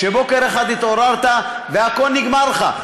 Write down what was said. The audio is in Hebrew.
שבוקר אחד התעוררת והכול נגמר לך.